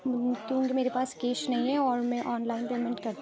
کیونکہ میرے پاس کیش نہیں ہے اور میں آن لائن پیمنٹ کرتی ہوں